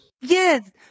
Yes